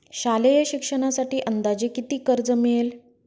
शालेय शिक्षणासाठी अंदाजे किती कर्ज मिळेल?